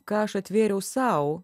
ką aš atvėriau sau